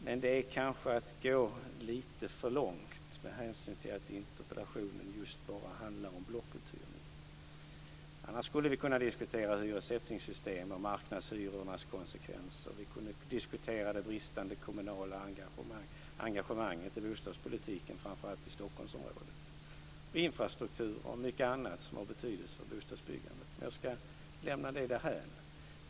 Men det är kanske att gå lite för långt med hänsyn till att interpellationen just bara handlar om blockuthyrning. Annars skulle vi kunna diskutera hyressättningssystem och marknadshyrornas konsekvens. Vi kunde diskutera det bristande kommunala engagemanget i bostadspolitiken, framför allt i Stockholmsområdet, infrastruktur och mycket annat som har betydelse för bostadsbyggandet. Men jag ska lämna det därhän.